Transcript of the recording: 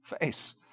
face